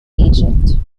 agent